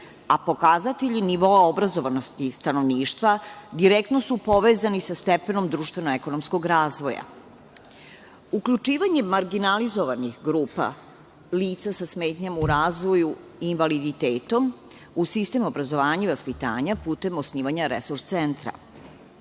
a pokazatelji nivoa obrazovanosti stanovništva direktno su povezani sa stepenom društveno-ekonomskog razvoja. Uključivanjem marginalizovnih grupa, lica sa smetnjama u razvoju i invaliditetom u sistem obrazovanja i vaspitanja putem osnivanja resurs centra.